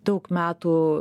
daug metų